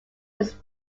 must